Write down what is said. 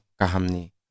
kahamni